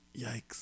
Yikes